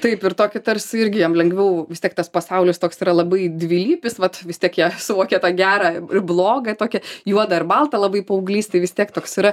taip ir tokį tarsi irgi jam lengviau vis tiek tas pasaulis toks yra labai dvilypis vat vis tiek jie suvokia tą gerą blogą tokią juodą ir baltą labai paauglystėj vis tiek toks yra